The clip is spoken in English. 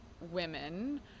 women